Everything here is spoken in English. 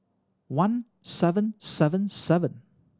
one seven seven seven